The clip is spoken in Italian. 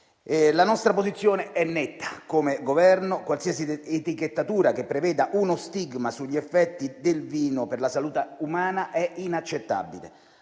La nostra posizione come Governo è netta: qualsiasi etichettatura che preveda uno stigma sugli effetti del vino per la salute umana è inaccettabile.